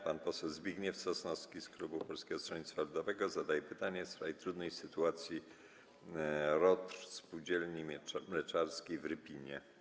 Pan poseł Zbigniew Sosnowski z klubu Polskiego Stronnictwa Ludowego zadaje pytanie w sprawie trudnej sytuacji ROTR Spółdzielni Mleczarskiej w Rypinie.